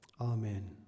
Amen